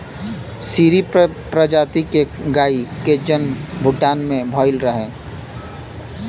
सीरी प्रजाति के गाई के जनम भूटान में भइल रहे